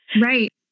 right